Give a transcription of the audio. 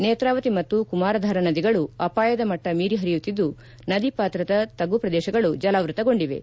ನೇತ್ರಾವತಿ ಮತ್ತು ಕುಮಾರಾಧಾರಾ ನದಿಗಳು ಅಪಾಯದ ಮಟ್ಲ ಮೀರಿ ಹರಿಯುತ್ತಿದ್ದು ನದಿ ಪಾತ್ರದ ತಗ್ಗು ಪ್ರದೇಶಗಳು ಜಲಾವೃತಗೊಂಡಿವೆ